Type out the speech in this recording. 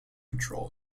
control